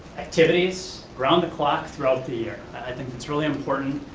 activities around the clock throughout the year. i think it's really important.